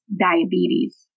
diabetes